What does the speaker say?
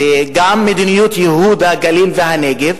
וגם מדיניות ייהוד הגליל והנגב,